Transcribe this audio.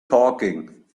talking